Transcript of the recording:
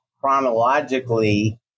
chronologically